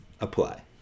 apply